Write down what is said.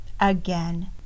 again